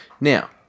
now